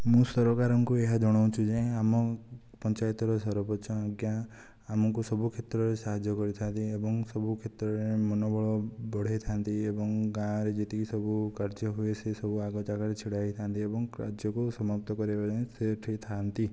ମୁଁ ସରକାରଙ୍କୁ ଏହା ଜଣଉଛି ଯେ ଆମ ପଞ୍ଚାୟତର ସରପଞ୍ଚ ଆଜ୍ଞା ଆମକୁ ସବୁ କ୍ଷେତ୍ରରେ ସାହାଯ୍ୟ କରିଥାଆନ୍ତି ଏବଂ ସବୁ କ୍ଷେତ୍ରରେ ମନୋବଳ ବଢ଼େଇଥାଆନ୍ତି ଏବଂ ଗାଁରେ ଯେତିକି ସବୁ କାର୍ଯ୍ୟ ହୁଏ ସେ ସବୁ ଆଗ ଜାଗାରେ ଛିଡ଼ା ହୋଇଥାଆନ୍ତି ଏବଂ କାର୍ଯ୍ୟକୁ ସମାପ୍ତ କରିବା ଯାଏଁ ସେ ଏଇଠି ଥାଆନ୍ତି